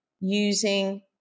using